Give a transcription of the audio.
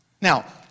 Now